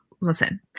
Listen